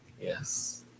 Yes